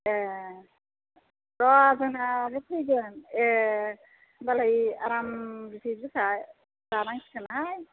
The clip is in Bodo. ए र' जोंहाबो फैगोन ए होनब्लालाय आराम बिथै बिखा जानांसिगोन हाय